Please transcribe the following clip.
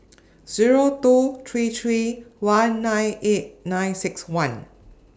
Zero two three three one nine eight nine six one